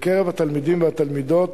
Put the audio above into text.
בקרב התלמידים והתלמידות.